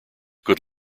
good